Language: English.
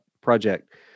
project